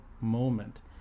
moment